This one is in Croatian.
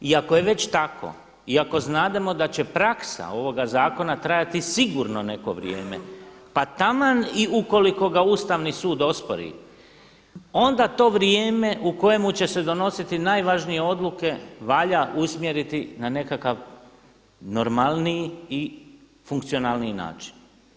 I ako je već tako i ako znademo da će praksa ovoga zakona trajati sigurno neko vrijeme pa taman i ukoliko ga Ustavni sud ospori, onda to vrijeme u kojemu će se donositi najvažnije odluke valja usmjeriti na nekakav normalniji i funkcionalniji način.